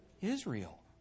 Israel